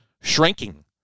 shrinking